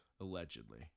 Allegedly